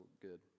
good